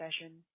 session